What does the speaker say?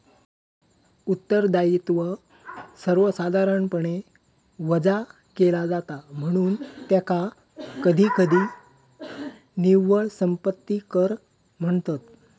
उत्तरदायित्व सर्वसाधारणपणे वजा केला जाता, म्हणून त्याका कधीकधी निव्वळ संपत्ती कर म्हणतत